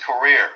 career